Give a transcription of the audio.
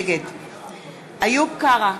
נגד איוב קרא,